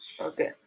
Okay